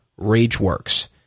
RageWorks